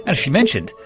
and she mentioned,